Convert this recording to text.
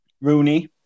Rooney